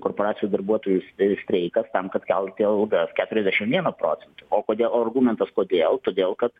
korporacijų darbuotojų streikas tam kad kelti algas keturiasdešim vieną procentą o kodėl argumentas kodėl todėl kad